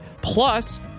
plus